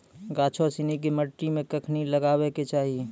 गाछो सिनी के मट्टी मे कखनी लगाबै के चाहि?